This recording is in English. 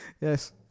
Yes